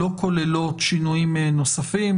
לא כוללות שינויים נוספים.